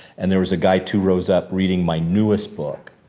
and there was a guy two rows up reading my newest book.